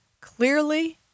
clearly